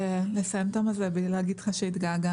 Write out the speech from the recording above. לסיים את היום הזה בלי להגיד לך שהתגעגענו,